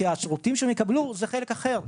כי השירותים שהם יקבלו זה חלק אחר.